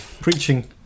preaching